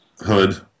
Hood